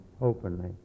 openly